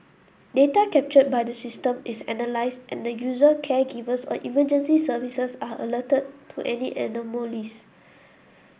data captured by the system is analysed and the user caregivers or emergency services are alerted to any anomalies